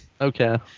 Okay